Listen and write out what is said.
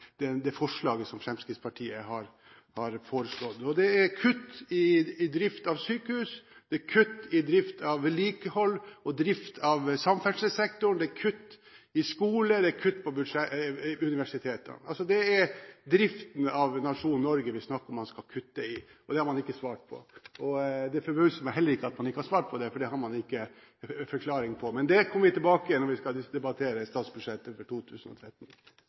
kutt i drift av sykehus, kutt i drift av vedlikehold og drift av samferdselssektoren, det er kutt i skole og kutt i universitetene. Det er driften av nasjonen Norge vi snakker om at man skal kutte i. Det har man ikke svart på, og det forbauser meg heller ikke at man ikke har svart på det, for det har man ikke noen forklaring på. Men det kommer vi tilbake til når vi skal debattere statsbudsjettet for 2013.